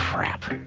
crap.